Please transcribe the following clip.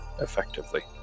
effectively